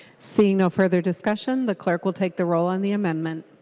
seeing no further discussion the clerk will take the roll on the amendment.